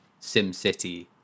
SimCity